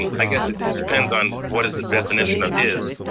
i guess it depends on what is the definition of is.